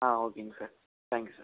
ஆ ஓகேங்க sir thank you sir